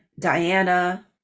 Diana